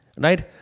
Right